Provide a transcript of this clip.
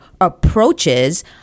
approaches